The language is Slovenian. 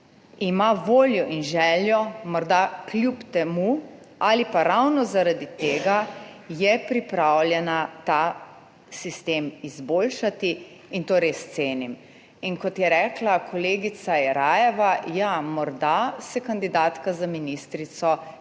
ima voljo in željo morda kljub temu ali pa ravno zaradi tega je pripravljena ta sistem izboljšati in to res cenim. In kot je rekla kolegica Jerajeva, ja, morda se kandidatka za ministrico, ker je